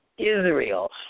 Israel